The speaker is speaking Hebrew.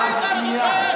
תתבייש לך.